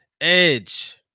edge